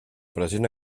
present